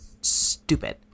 stupid